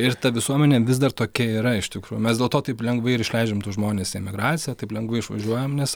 ir ta visuomenė vis dar tokia yra iš tikrųjų mes dėl to taip lengvai ir išleidžiam tuos žmones į emigraciją taip lengvai išvažiuojam nes